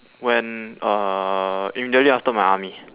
when uh immediately after my army